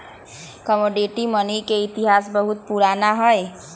commodity money के इतिहास बहुते पुरान हइ